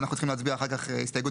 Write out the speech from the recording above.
אנחנו צריכים להצביע אחר כך הסתייגות